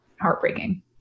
heartbreaking